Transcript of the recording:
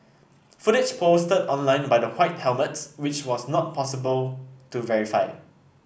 footage posted online by the White Helmets which was not possible to verify